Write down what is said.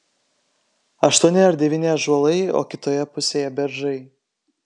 aštuoni ar devyni ąžuolai o kitoje pusėje beržai